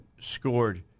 scored